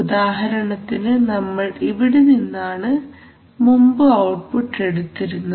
ഉദാഹരണത്തിന് നമ്മൾ ഇവിടെ നിന്നാണ് മുമ്പ് ഔട്ട്പുട്ട് എടുത്തിരുന്നത്